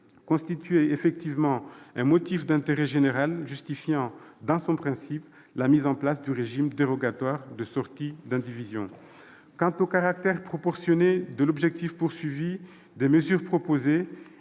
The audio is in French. constituait effectivement un motif d'intérêt général, justifiant, dans son principe, la mise en place du régime dérogatoire de sortie d'indivision. Quant au caractère proportionné à l'objectif poursuivi des mesures proposées,